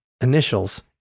initials